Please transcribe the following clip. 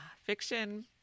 Fiction